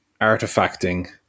artifacting